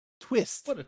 Twist